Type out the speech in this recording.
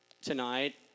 tonight